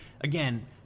again